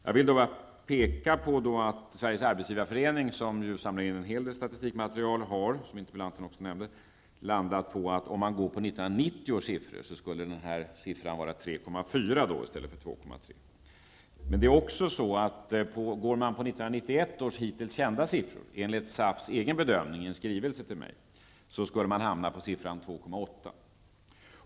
Jag vill peka på att Svenska arbetsgivareföreningen, som samlar in en hel del statistikmaterial, har kommit fram till, vilket interpellanten också nämnde, att om man utgår från 1990 års siffror skulle procentsatsen vara 3,4 i stället för 2,3. Men utgår man från 1991 års hittills kända siffror, enligt SAFs egen bedömning i en skrivelse till mig, skulle man få siffran 2,8.